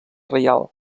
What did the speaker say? reial